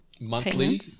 monthly